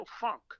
funk